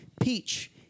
peach